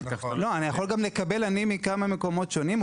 אני יכול גם לקבל מכמה מקומות שונים,